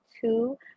two